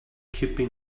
keeping